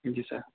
جی سر